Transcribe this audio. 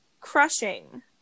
crushing